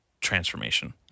transformation